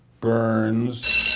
Burns